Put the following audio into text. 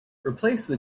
replace